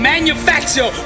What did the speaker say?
manufacture